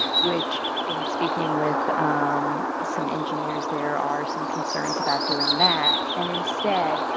which in speaking with some engineers, there are some concerns about doing that. and instead,